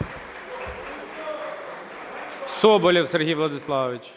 ГОЛОВУЮЧИЙ. Соболєв Сергій Владиславович.